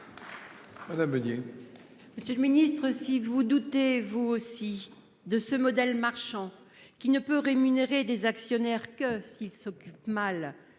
Madame Meunier. Monsieur le Ministre si vous doutez vous aussi de ce modèle marchand qui ne peut rémunérer des actionnaires que s'il s'occupe mal